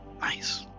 nice